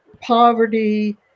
poverty